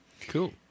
Cool